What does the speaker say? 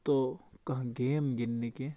تو کانٛہہ گیم گنٛدِ نہٕ کیٚنٛہہ